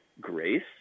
grace